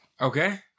Okay